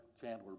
Chandler